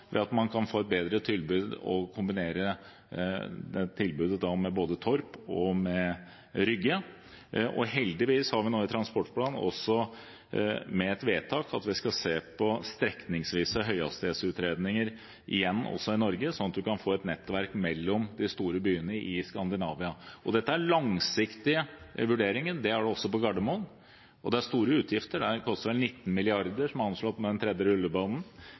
ved at man kan få et bedre tilbud og kombinere tilbudet med både Torp og Rygge. Heldigvis har vi nå i transportplanen også med et vedtak om at vi skal se på strekningsvise høyhastighetsutredninger igjen i Norge, sånn at man kan få et nettverk mellom de store byene i Skandinavia. Dette er den langsiktige vurderingen. Det er det også på Gardermoen. Og det er store utgifter. Det er vel anslått at det vil koste 19 mrd. kr for den tredje rullebanen.